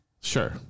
Sure